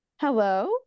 Hello